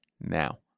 now